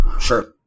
Sure